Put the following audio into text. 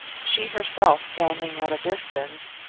she herself standing at a distance,